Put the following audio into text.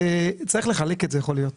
שצריך לחלק את זה יכול להיות.